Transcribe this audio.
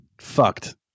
Fucked